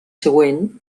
següent